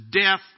death